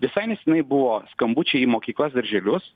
visai nesenai buvo skambučiai į mokyklas darželius